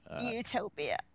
utopia